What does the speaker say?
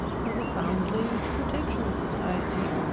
for the foundlings' protection society.